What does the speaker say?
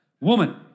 woman